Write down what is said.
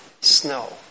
snow